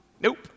nope